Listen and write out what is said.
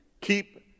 keep